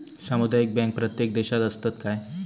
सामुदायिक बँक प्रत्येक देशात असतत काय?